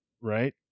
right